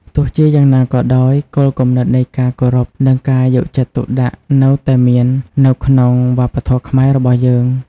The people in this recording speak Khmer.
ទោះជាយ៉ាងណាក៏ដោយ គោលគំនិតនៃការគោរព និងការយកចិត្តទុកដាក់នៅតែមាន នៅក្នុងវប្បធម៌ខ្មែររបស់យើង។